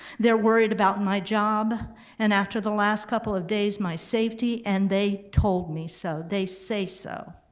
they're worried about my job and after the last couple of days my safety and they told me so, they say so.